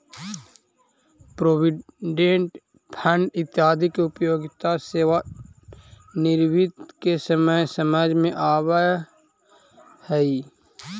provident fund इत्यादि के उपयोगिता सेवानिवृत्ति के समय समझ में आवऽ हई